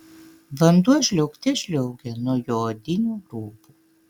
vanduo žliaugte žliaugė nuo jo odinių rūbų